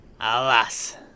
Alas